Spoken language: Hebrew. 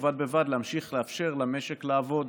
ובד בבד להמשיך לאפשר למשק לעבוד.